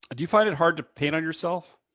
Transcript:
ah do you find it hard to paint on yourself?